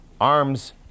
Arms